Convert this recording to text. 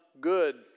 good